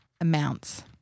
amounts